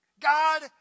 God